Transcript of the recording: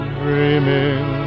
dreaming